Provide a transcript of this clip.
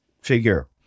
figure